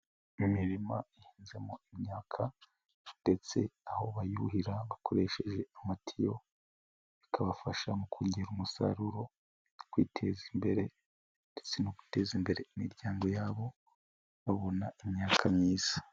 Mu mirima ihinzemo imyaka ndetse aho bayuhira bakoresheje amatiyo bikabafasha mu kongera umusaruro, kwiteza imbere ndetse no guteza imbere n'imiryango yabo babona imyaka myiza.